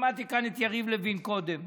שמעתי כאן את יריב לוין קודם.